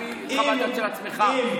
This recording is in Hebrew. זכותם להגיד את העמדה שלהם והעמדה שלהם תישמע.